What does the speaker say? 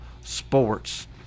sports